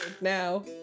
now